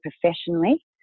professionally